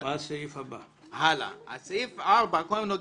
הסעיף הבא הוא מספר 8. זה לגבי העילה של ציון יום העצמאות.